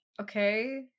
Okay